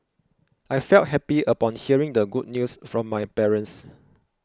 I felt happy upon hearing the good news from my parents